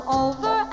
over